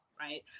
right